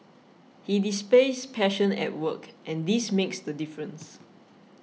he displays passion at work and this makes the difference